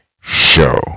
show